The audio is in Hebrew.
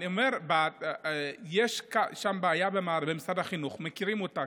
אני אומר שיש בעיה במשרד החינוך ומכירים אותה,